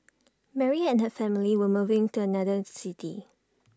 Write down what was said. Mary and her family were moving to another city